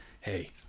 hey